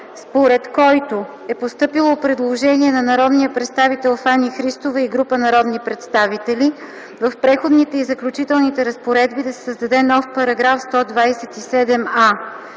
връзка с постъпило предложение на народния представител Фани Христова и група народни представители: „В Преходните и заключителни разпоредби да се създаде нов § 127а.”